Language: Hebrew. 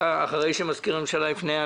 אחרי שמזכיר הממשלה יפנה,